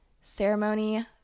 ceremony